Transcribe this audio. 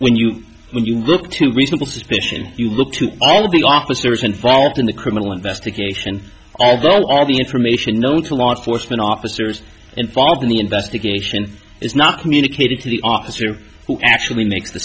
when you when you look to reasonable suspicion you look to all of the officers involved in the criminal investigation all the information known to law enforcement officers involved in the investigation is not communicated to the officer who actually makes the